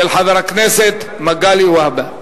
של חבר הכנסת מגלי והבה,